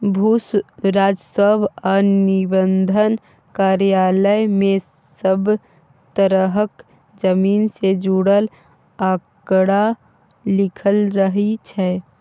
भू राजस्व आ निबंधन कार्यालय मे सब तरहक जमीन सँ जुड़ल आंकड़ा लिखल रहइ छै